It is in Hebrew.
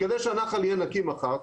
כדי שהנחל יהיה נקי מחר,